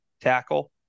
tackle